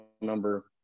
number